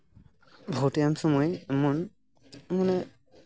ᱵᱷᱳᱴ ᱮᱢ ᱥᱚᱢᱚᱭ ᱮᱢᱚᱱ ᱢᱟᱱᱮ